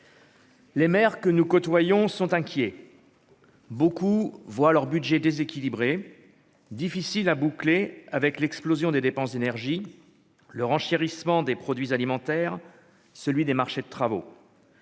Les maires que nous côtoyons sont inquiets, beaucoup voient leurs Budgets déséquilibrés difficile à boucler, avec l'explosion des dépenses d'énergie, le renchérissement des produits alimentaires, celui des marchés de travaux.